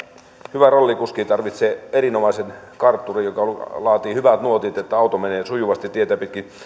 hyvä rallikuski tarvitsee erinomaisen kartturin joka laatii hyvät nuotit että auto menee sujuvasti tietä pitkin